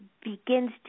begins